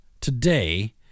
today